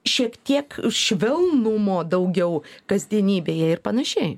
šiek tiek švelnumo daugiau kasdienybėje ir panašiai